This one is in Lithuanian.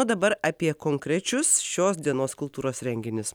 o dabar apie konkrečius šios dienos kultūros renginius